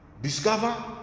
Discover